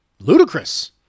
ludicrous